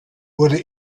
wurde